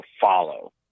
follow